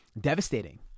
devastating